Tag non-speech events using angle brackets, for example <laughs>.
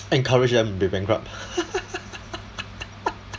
encourage them be bankrupt <laughs>